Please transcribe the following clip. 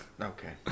Okay